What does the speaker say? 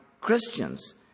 Christians